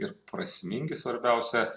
ir prasmingi svarbiausia